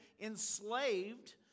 enslaved